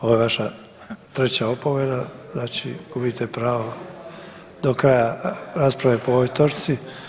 Ovo je vaša treća opomena, znači gubite pravo do kraja rasprave po ovoj točci.